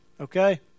okay